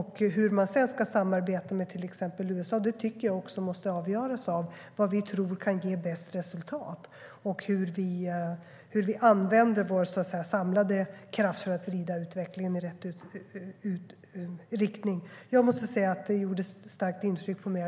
Hur man sedan ska samarbeta med till exempel USA måste avgöras av vad vi tror kan ge bäst resultat och hur vi använder vår samlade kraft för att vrida utvecklingen i rätt riktning. Jag lyssnade på ett radioprogram som gjorde starkt intryck på mig.